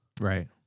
Right